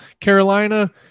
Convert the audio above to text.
Carolina